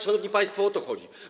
Szanowni państwo, o to chodzi.